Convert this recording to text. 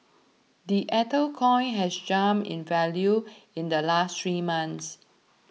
the ether coin has jumped in value in the last three months